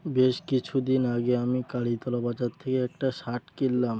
বেশ কিছুদিন আগে আমি কালীতলা বাজার থেকে একটা শার্ট কিনলাম